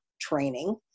training